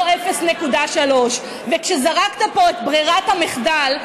לא 0.3%. וכשזרקת פה את ברירת המחדל,